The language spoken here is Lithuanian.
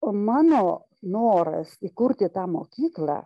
o mano noras įkurti tą mokyklą